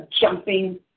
jumping